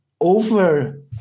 over